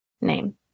name